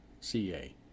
CA